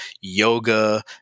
yoga